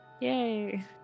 Yay